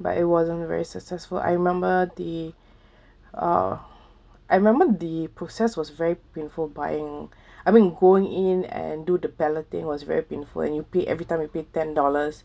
but it wasn't very successful I remember the uh I remember the process was very painful buying I mean going in and do the balloting was very painful and you pay every time you pay ten dollars